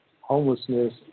homelessness